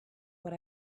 what